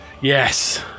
Yes